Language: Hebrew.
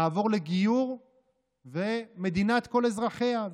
נעבור לגיור ומדינת כל אזרחיה.